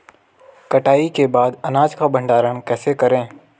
कटाई के बाद अनाज का भंडारण कैसे करें?